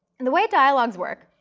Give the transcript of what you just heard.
and the way dialogs work,